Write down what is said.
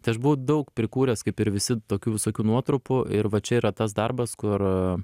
tai aš buvau daug prikūręs kaip ir visi tokių visokių nuotrupų ir va čia yra tas darbas kur